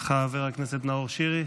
חבר הכנסת נאור שירי,